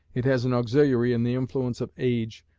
it has an auxiliary in the influence of age,